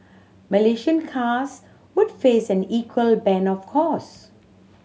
Malaysian cars would face an equal ban of course